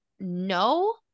no